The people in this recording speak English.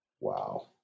Wow